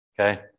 Okay